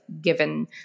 given